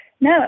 No